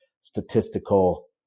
statistical